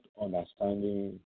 understanding